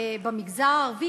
במגזר הערבי,